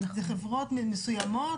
זה חברות מסויימות,